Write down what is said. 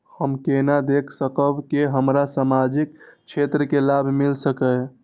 हम केना देख सकब के हमरा सामाजिक क्षेत्र के लाभ मिल सकैये?